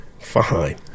Fine